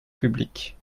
publique